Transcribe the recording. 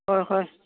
ꯍꯣꯏ ꯍꯣꯏ